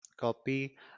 copy